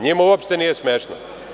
Njima uopšte nije smešno.